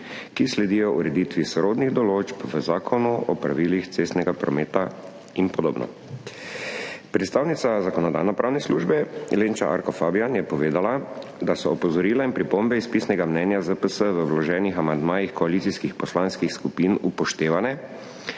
ki sledijo ureditvi sorodnih določb v Zakonu o pravilih cestnega prometa in podobno. Predstavnica Zakonodajno-pravne službe, Lenča Arko Fabjan, je povedala, da so opozorila in pripombe iz pisnega mnenja ZPS v vloženih amandmajih koalicijskih poslanskih skupin upoštevane,